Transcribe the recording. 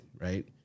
right